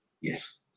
Yes